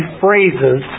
phrases